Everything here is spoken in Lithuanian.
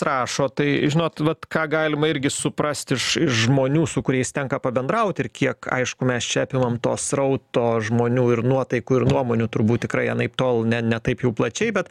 rašo tai žinot vat ką galima irgi suprast iš iš žmonių su kuriais tenka pabendraut ir kiek aišku mes čia apimam to srauto žmonių ir nuotaikų ir nuomonių turbūt tikrai anaiptol ne ne taip jau plačiai bet